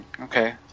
okay